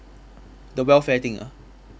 the welfare thing ah